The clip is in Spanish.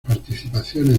participaciones